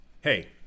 hey